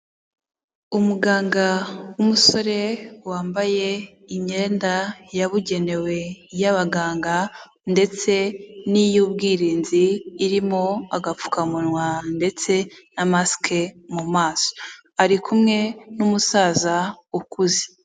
Umuganga w'umusore wambaye imyenda yabugenewe y'abaganga ndetse n'iy'ubwirinzi, irimo agapfukamunwa ndetse na masike mu maso, ari kumwe n'umusaza ukuze.